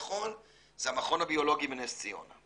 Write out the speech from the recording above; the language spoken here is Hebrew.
הביטחון זה המכון הביולוגי בנס ציונה.